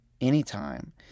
anytime